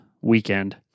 weekend